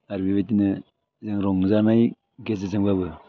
आरो बेबायदिनो जोङो रंजानाय गेजेरजोंबाबो